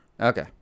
Okay